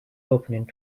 opened